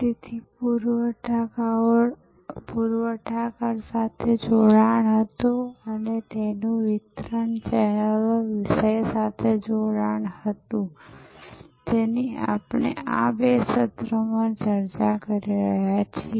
તેનું પુરવઠાકાર સાથે જોડાણ હતું અને તેનું વિતરણ ચેનલો વિષય સાથે જોડાણ હતું જેની આપણે આ બે સત્રોમાં ચર્ચા કરી રહ્યા છીએ